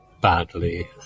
Badly